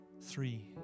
Three